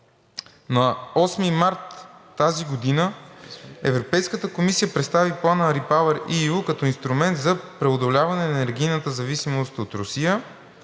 На 8 март 2022 г. Европейската комисия представи Плана REPowerEU като инструмент за преодоляване на енергийната зависимост от Русия